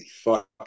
fuck